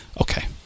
okay